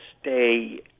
stay